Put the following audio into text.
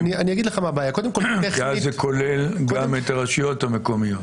כי אז זה כולל גם את הרשויות המקומיות.